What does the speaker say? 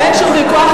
אין שום ויכוח.